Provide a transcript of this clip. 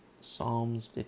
Psalms